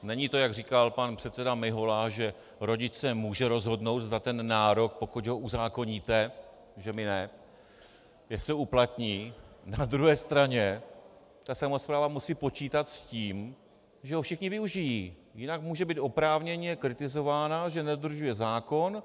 Není to, jak říkal pan předseda Mihola, že rodič se může rozhodnout, zda ten nárok, pokud ho uzákoníte, protože my ne, že se uplatní, na druhé straně ta samospráva musí počítat s tím, že ho všichni využijí, jinak může být oprávněně kritizována, že nedodržuje zákon.